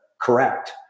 correct